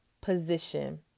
position